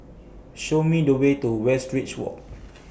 Show Me The Way to Westridge Walk